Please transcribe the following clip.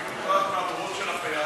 אני מוטרד מהבורות שלך ביהדות,